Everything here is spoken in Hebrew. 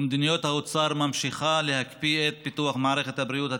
ומדיניות האוצר ממשיכה להקפיא את פיתוח מערכת הבריאות הציבורית,